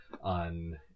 on